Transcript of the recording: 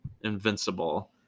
Invincible